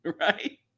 Right